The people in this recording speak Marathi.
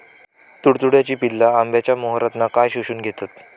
तुडतुड्याची पिल्ला आंब्याच्या मोहरातना काय शोशून घेतत?